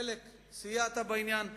חלק סייעת בעניין.